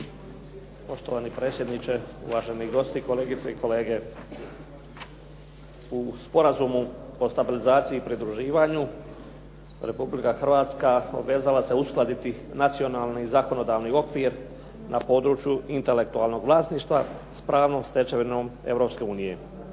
Poštovani predsjedniče, uvaženi gosti, kolegice i kolege. U Sporazumu o stabilizaciji i pridruživanju Republika Hrvatska obvezala se uskladiti nacionalni i zakonodavni okvir na području intelektualnog vlasništva sa pravnom stečevinom